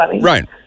Right